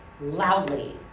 loudly